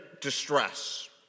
distress